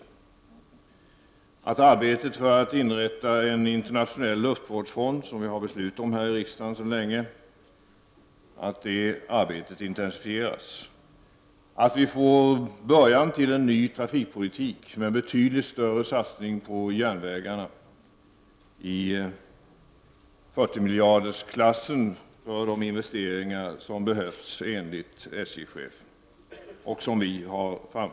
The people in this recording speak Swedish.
Det är också viktigt att arbetet med att inrätta en internationell luftvårdsfond, vilket vi för länge sedan har fattat beslut om här i riksdagen, intensifieras. Det är viktigt att vi får se början till en ny trafikpolitik med en betydligt större satsning på järnvägarna; enligt SJ-chefen är det nödvändigt med en satsning i 40-miljardersklassen med tanke på de investeringar som är nödvändiga och som vi har begärt.